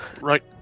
Right